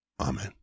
Amen